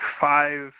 five